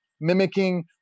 mimicking